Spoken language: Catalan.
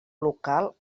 local